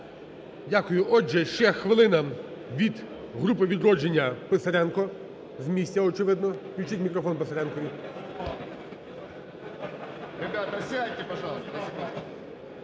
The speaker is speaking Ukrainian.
Дякую. Отже, ще хвилина від групи "Відродження" Писаренко, з місця, очевидно. Включіть мікрофон Писаренкові.